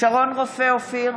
שרון רופא אופיר,